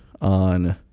on